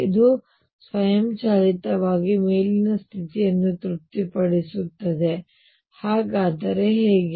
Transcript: ಇದು ಸ್ವಯಂಚಾಲಿತವಾಗಿ ಮೇಲಿನ ಸ್ಥಿತಿಯನ್ನು ತೃಪ್ತಿಪಡಿಸುತ್ತದೆ ಹಾಗಾದರೆ ಹೇಗೆ